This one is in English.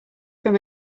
from